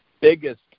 biggest